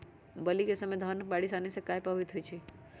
बली क समय धन बारिस आने से कहे पभवित होई छई?